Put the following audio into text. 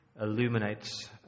illuminates